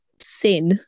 sin